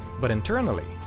but internally,